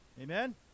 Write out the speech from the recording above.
amen